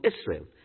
Israel